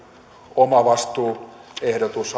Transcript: omavastuuehdotus